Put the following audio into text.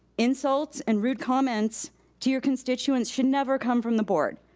insults and rude comments to your constituents should never come from the board,